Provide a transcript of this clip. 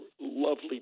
lovely